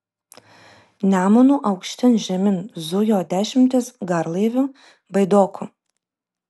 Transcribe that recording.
nemunu aukštyn žemyn zujo dešimtys garlaivių baidokų